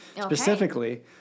Specifically